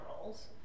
roles